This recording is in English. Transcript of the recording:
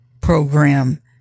program